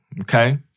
okay